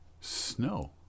snow